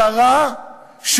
צרה,